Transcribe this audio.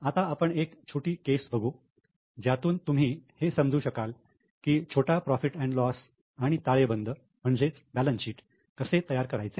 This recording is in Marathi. आता आपण एक छोटी केस बघू ज्यातून तुम्ही हे समजू शकाल की छोटा profit and loss profit loss आणि ताळेबंद कसे तयार करायचे